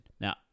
Now